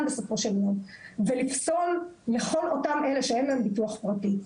בסופו של יום ולפסול מכל אותם אלו שאין להם ביטוח פרטי,